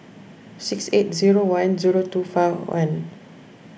six eight zero one zero two four one